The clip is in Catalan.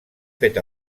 fet